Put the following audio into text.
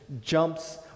jumps